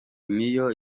niyo